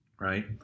right